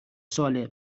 ساله